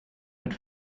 mit